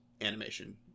animation